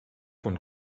von